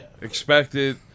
expected